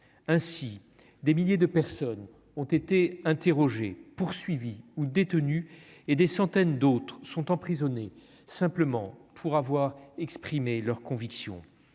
ainsi des milliers de personnes ont été interrogées poursuivi ou détenu et des centaines d'autres sont emprisonnés, simplement pour avoir exprimé leur conviction,